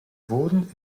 wurden